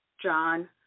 John